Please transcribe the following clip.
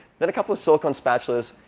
then a couple of silicon spatulas.